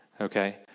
okay